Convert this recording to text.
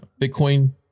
Bitcoin